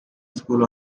school